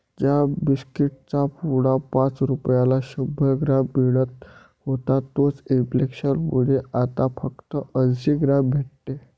ज्या बिस्कीट चा पुडा पाच रुपयाला शंभर ग्राम मिळत होता तोच इंफ्लेसन मुळे आता फक्त अंसी ग्राम भेटते